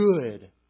Good